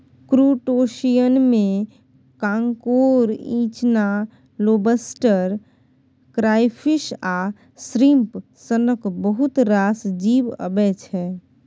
क्रुटोशियनमे कांकोर, इचना, lobster, crayfish आ श्रिंप सनक बहुत रास जीब अबै छै